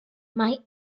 mae